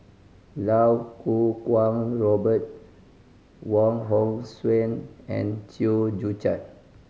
Lau Kuo Kwong Robert Wong Hong Suen and Chew Joo Chiat